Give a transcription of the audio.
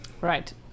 Right